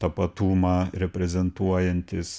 tapatumą reprezentuojantys